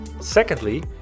secondly